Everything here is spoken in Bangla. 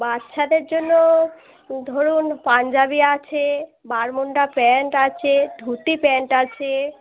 বাচ্চাদের জন্য ধরুন পাঞ্জাবী আছে বারমুন্ডা প্যান্ট আছে ধুতি প্যান্ট আছে